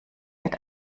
wird